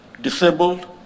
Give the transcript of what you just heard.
disabled